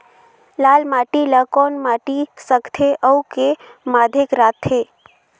लाल माटी ला कौन माटी सकथे अउ के माधेक राथे?